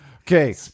Okay